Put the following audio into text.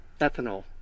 ethanol